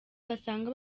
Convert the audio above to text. basanga